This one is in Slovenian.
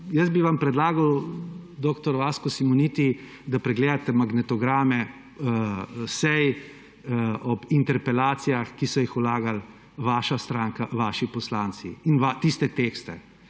Jaz bi vam predlagal dr. Vasko Simoniti, da pregledate magnetograme seje ob interpelacijah, ki so jih vlagali vaša stranka, vaši poslanci in tiste tekste.